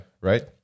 right